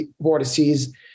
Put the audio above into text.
vortices